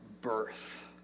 birth